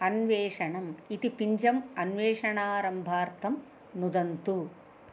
अन्वेषणम् इति पिञ्जम् अन्वेषणारम्भार्थं नुदन्तु